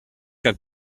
que